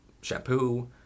shampoo